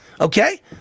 Okay